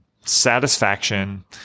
satisfaction